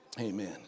Amen